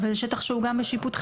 אבל זה שטח שהוא גם בשיפוטכם.